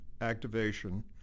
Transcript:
activation